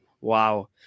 Wow